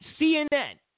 CNN